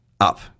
up